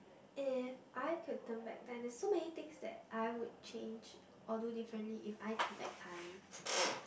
if I could turn back time there's so many things that I would change or do differently if I turn back time